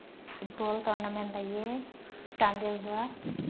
football tournament ꯂꯩꯌꯦ ꯆꯥꯟꯗꯦꯜꯗ